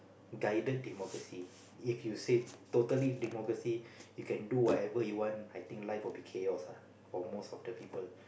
guided democracy if you said totally democracy you can do whatever you want I think life will be chaos ah for most of the people